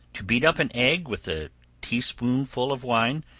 to beat up an egg with a tea-spoonful of wine,